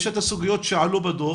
יש את הסוגיות שעלו בדוח.